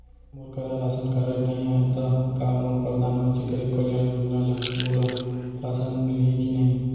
मोर करा ration card नहीं है त का मोल परधानमंतरी गरीब कल्याण योजना ल मोला राशन मिलही कि नहीं?